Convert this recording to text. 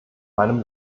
meinem